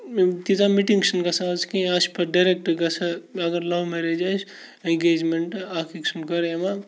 تیٖژاہ مِٹِنٛگ چھِنہٕ گژھان آز کِہیٖنۍ اَز چھِ پَتہٕ ڈیریکٹ گژھان اگر لَو میریج آسہِ اٮ۪نگیجمٮ۪نٛٹ اَکھ أکۍ سُنٛد گوٚو یِوان